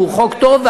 שהוא חוק טוב,